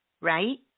right